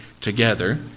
together